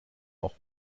auch